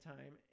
Time